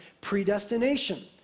predestination